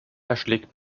erschlägt